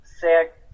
sick